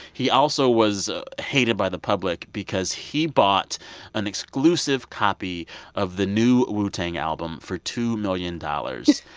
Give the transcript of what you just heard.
he also was hated by the public because he bought an exclusive copy of the new wu-tang album for two million dollars.